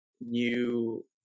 new